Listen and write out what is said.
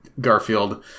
Garfield